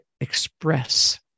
express